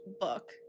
book